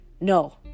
No